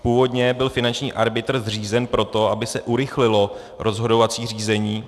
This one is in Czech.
Původně byl finanční arbitr zřízen proto, aby se urychlilo rozhodovací řízení.